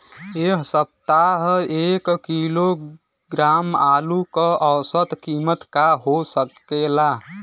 एह सप्ताह एक किलोग्राम आलू क औसत कीमत का हो सकेला?